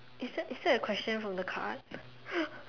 is that is that a question from the card